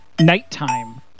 Nighttime